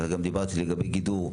דיברנו גם על גידור.